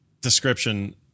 description